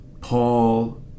Paul